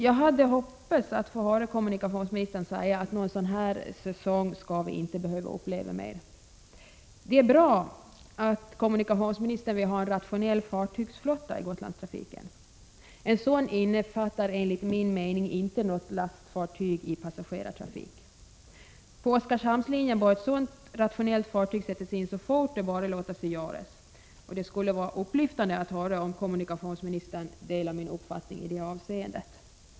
Jag hade hoppats få höra kommunikationsministern säga att någon sådan här säsong skall vi inte behöva uppleva mer. Det är bra att kommunikationsministern vill ha en rationell fartygsflotta i Gotlandstrafiken. En sådan innefattar enligt min mening inte något lastfartygipassagerartrafik. På Oskarshamnslinjen bör ett rationellt fartyg sättas in så fort det bara låter sig göra. Det skulle vara upplyftande att få höra om kommunikationsministern delar min uppfattning i det avseendet.